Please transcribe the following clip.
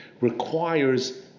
requires